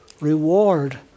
reward